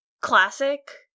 classic